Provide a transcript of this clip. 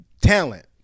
talent